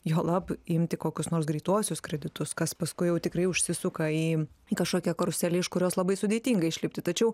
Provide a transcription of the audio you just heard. juolab imti kokius nors greituosius kreditus kas paskui jau tikrai užsisuka į į kažkokią karuselę iš kurios labai sudėtinga išlipti tačiau